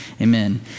amen